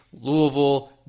Louisville